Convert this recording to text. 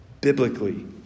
Biblically